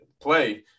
play